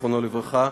זיכרונו לברכה,